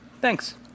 Thanks